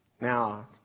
Now